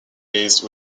base